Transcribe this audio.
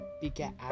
beget